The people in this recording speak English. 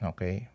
Okay